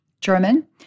German